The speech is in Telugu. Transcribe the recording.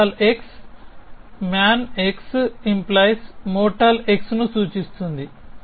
మోర్టల్ xమ్యాన్x🡪మోర్టల్ x ను సూచిస్తుంది